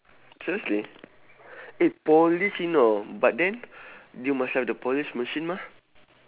seriously eh polish you know but then you must have the polish machine mah